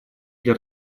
для